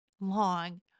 long